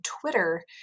Twitter